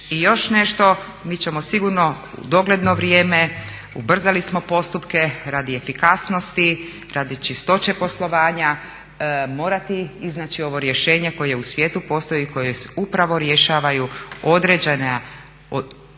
I još nešto, mi ćemo sigurno u dogledno vrijeme, ubrzali smo postupke radi efikasnosti, radi čistoće poslovanja, morati iznaći ovo rješenje koje u svijetu postoji, koje upravo rješavaju određeni